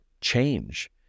change